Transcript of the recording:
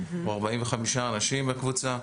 אנחנו 45 אנשים בקבוצה,